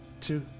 two